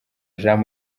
jean